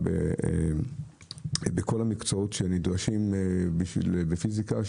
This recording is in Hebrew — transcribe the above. ובכל המקצועות שנדרשים בפיסיקה,